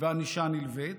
וענישה נלווית,